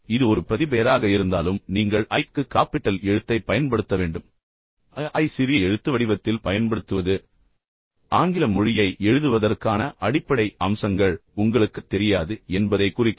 இது ஒரு பிரதிபெயராக இருந்தாலும் நீங்கள் I க்கு காப்பிட்டல் எழுத்தைப் பயன்படுத்த வேண்டும் I ஐ சிறிய எழுத்து வடிவத்தில் பயன்படுத்துவது ஆங்கில மொழியை எழுதுவதற்கான அடிப்படை அம்சங்கள் உங்களுக்குத் தெரியாது என்பதைக் குறிக்கிறது